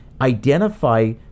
identify